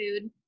food